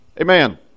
Amen